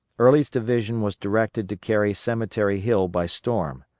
early's division was directed to carry cemetery hill by storm.